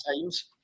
times